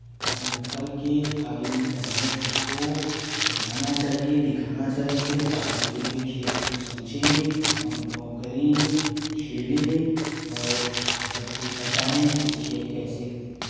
अपने घर के भाई बहनों सबको समझाना चाहिए दिखाना चाहिए ताकि वो भी खेल को समझें अनुभव करें खेले और सबको बताएं कि खेल कैसे